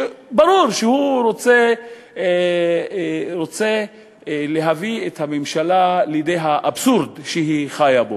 ברור שהוא רוצה להביא את הממשלה לידי האבסורד שהיא חיה בו,